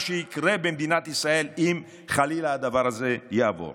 שיקרה במדינת ישראל אם חלילה הדבר הזה יעבור.